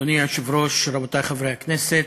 אדוני היושב-ראש, רבותי חברי הכנסת,